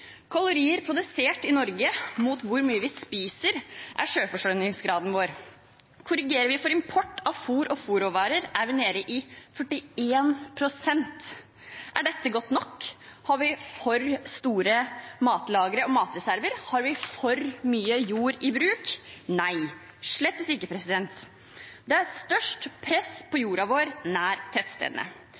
produsert i Norge i forhold til hvor mye vi spiser, er selvforsyningsgraden vår. Korrigerer vi for import av fôr og fôrråvarer, er vi nede i 41 pst. Er dette godt nok? Har vi for store matlagre og matreserver? Har vi for mye jord i bruk? – Nei, slettes ikke. Det er størst press på jorda nær tettstedene